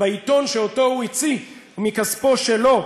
בעיתון שהוא הוציא מכספו שלו,